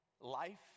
Life